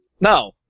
No